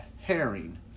herring